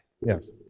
Yes